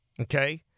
okay